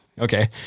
Okay